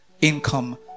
income